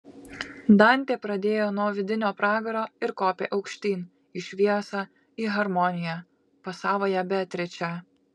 dantė pradėjo nuo vidinio pragaro ir kopė aukštyn į šviesą į harmoniją pas savąją beatričę